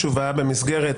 במסגרת